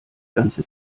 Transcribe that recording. ganze